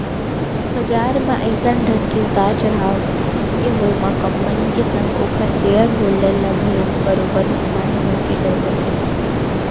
बजार म अइसन ढंग के उतार चड़हाव के होय म कंपनी के संग ओखर सेयर होल्डर ल घलोक बरोबर नुकसानी होय के डर बने रहिथे